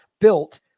built